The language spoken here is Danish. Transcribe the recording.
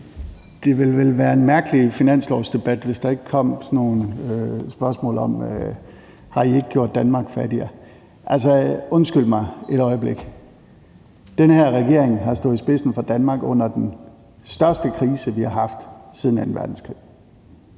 Det ville vel være en mærkelig finanslovsdebat, hvis der ikke kom sådan nogle spørgsmål som: Har I ikke gjort Danmark fattigere? Altså, undskyld mig et øjeblik, den her regering har stået i spidsen for Danmark under den største krise, vi har haft siden anden verdenskrig.